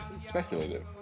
speculative